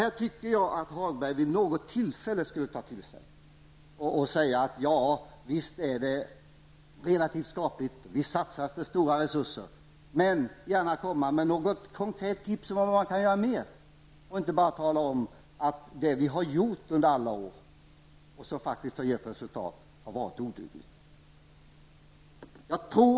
Detta tycker jag att Lars-Ove Hagberg vid något tillfälle skulle ta till sig och säga: Visst är det relativt skapligt, vi satsar stora resurser. Samtidigt kunde han komma med något konkret tips om vad man kan göra mer och inte bara tala om att det vi har gjort under alla år -- som faktiskt har gett resultat -- har varit odugligt.